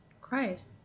christ